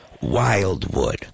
Wildwood